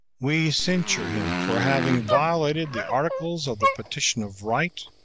we censure him for having violated the articles of the petition of right,